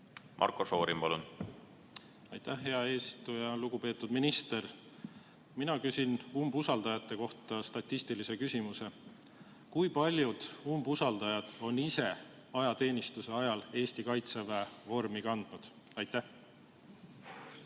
Marko Šorin, palun! Aitäh, hea eesistuja! Lugupeetud minister! Mina küsin umbusaldajate kohta statistilise küsimuse. Kui paljud umbusaldajad on ise ajateenistuse ajal Eesti kaitseväe vormi kandnud? Aitäh,